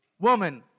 woman